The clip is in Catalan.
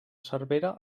servera